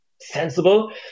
sensible